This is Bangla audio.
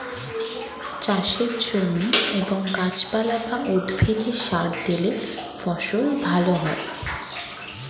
চাষের জমি এবং গাছপালা বা উদ্ভিদে সার দিলে ফসল ভালো হয়